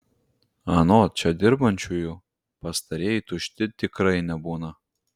anot čia dirbančiųjų pastarieji tušti tikrai nebūna